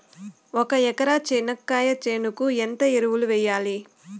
ఒక ఎకరా చెనక్కాయ చేనుకు ఎంత ఎరువులు వెయ్యాలి?